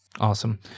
awesome